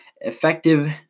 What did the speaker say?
effective